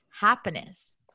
happiness